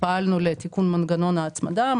פעלנו לתיקון מנגנון ההצמדה.